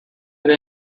have